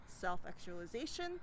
self-actualization